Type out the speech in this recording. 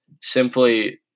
simply